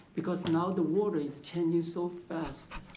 because now the world is change so fast.